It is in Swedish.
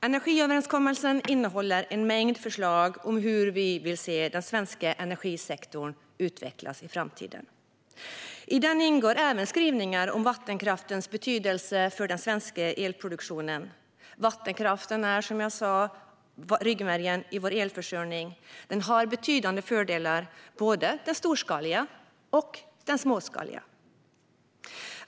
Energiöverenskommelsen innehåller en mängd förslag om hur vi vill se den svenska energisektorn utvecklas i framtiden. I den ingår även skrivningar om vattenkraftens betydelse för den svenska elproduktionen. Vattenkraften är som jag tidigare sa ryggmärgen i vår elförsörjning. Den har betydande fördelar, både den storskaliga och den småskaliga.